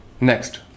Next